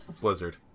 Blizzard